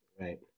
Right